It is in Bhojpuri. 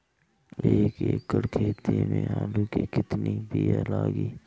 एक एकड़ खेती में आलू के कितनी विया लागी?